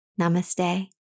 Namaste